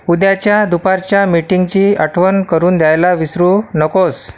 उद्याच्या दुपारच्या मिटिंगची आठवण करून द्यायला विसरू नकोस